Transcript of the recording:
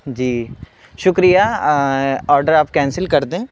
جی شکریہ آڈر آپ کینسل کر دیں